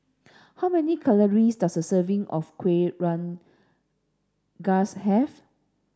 how many calories does a serving of Kueh Rengas have